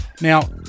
Now